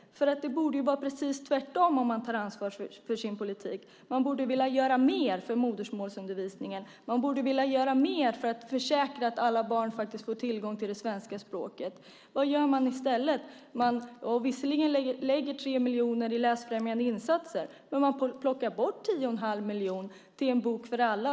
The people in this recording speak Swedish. Det borde vara precis tvärtom om man tar ansvar för sin politik. Man borde ju då vilja göra mer för modersmålsundervisningen och för att försäkra att alla barn får tillgång till det svenska språket. Men vad gör man i stället? Ja, visserligen lägger man 3 miljoner på läsfrämjande insatser. Men man får plocka bort 10 1⁄2 miljoner till En bok för alla.